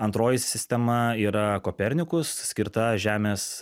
antroji sistema yra kopernikus skirta žemės